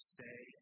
Stay